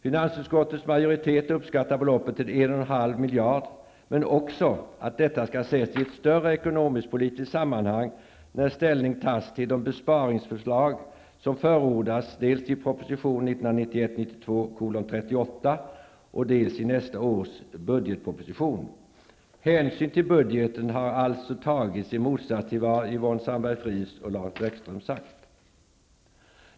Finansutskottets majoritet uppskattar beloppet till 1,5 miljarder, men säger också att detta skall ses i ett större ekonomisk-politiskt sammanhang när ställning tas till de besparingsförslag som förordas dels i proposition Hänsyn till budgeten har alltså tagits i motsats till vad Yvonne Sandberg-Fries och Lars Bäckström sagt.